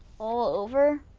all over?